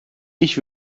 ich